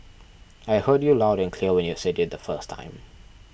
I heard you loud and clear when you said it the first time